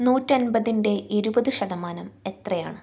നൂറ്റൻമ്പതിൻ്റെ ഇരുപത് ശതമാനം എത്രയാണ്